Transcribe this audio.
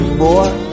boy